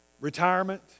retirement